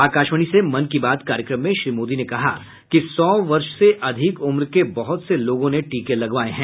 आकाशवाणी से मन की बात कार्यक्रम में श्री मोदी ने कहा कि सौ वर्ष से अधिक उम्र के बहुत से लोगों ने टीके लगवाये हैं